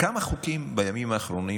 כמה חוקים בימים האחרונים